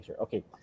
Okay